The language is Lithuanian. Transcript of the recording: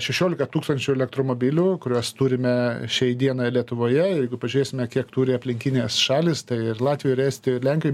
šešiolika tūkstančių elektromobilių kuriuos turime šiai dienai lietuvoje jeigu pažiūrėsime kiek turi aplinkinės šalys tai ir latvijoj ir estijoj ir lenkijoj